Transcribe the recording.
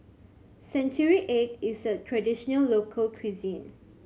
century egg is a traditional local cuisine